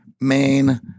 main